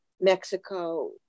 mexico